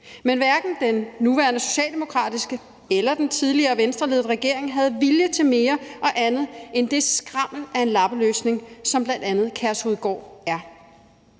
Men hverken den nuværende socialdemokratiske eller den tidligere Venstreledede regering havde vilje til mere og andet end det skrammel af en lappeløsning, som bl.a. Kærshovedgård er.